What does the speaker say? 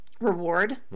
Reward